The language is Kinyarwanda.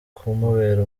kumubera